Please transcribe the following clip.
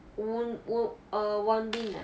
voon err voon bin ah